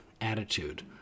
attitude